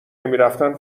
نمیرفتن